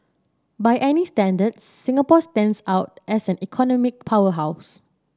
by any standard Singapore stands out as an economic powerhouse